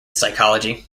psychology